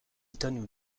étonne